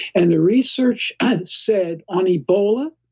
and the research and said on ebola,